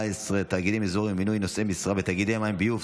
(תאגידים אזוריים ומינוי נושאי משרה בתאגידי מים וביוב),